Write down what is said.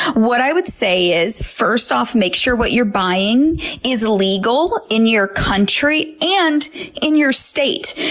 what i would say is, first off, make sure what you're buying is legal in your country and in your state.